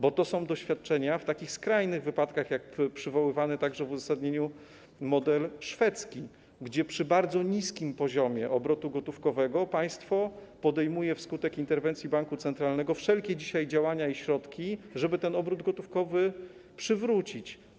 Bo to są doświadczenia w takich skrajnych wypadkach, jak przywoływany także w uzasadnieniu model szwedzki, w którym przy bardzo niskim poziomie obrotu gotówkowego państwo podejmuje dzisiaj wskutek interwencji banku centralnego wszelkie działania i środki, żeby ten obrót gotówkowy przywrócić.